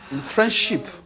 Friendship